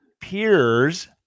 peers